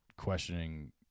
questioning